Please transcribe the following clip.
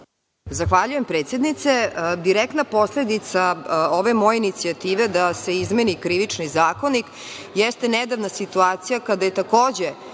Zahvaljujem, predsednice. Direktna posledica ove moje inicijative da se izmeni Krivični zakonik jeste nedavna situacija kada je, takođe,